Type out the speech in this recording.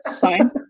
fine